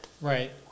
right